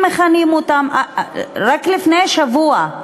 רק לפני שבוע,